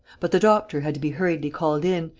but the doctor had to be hurriedly called in,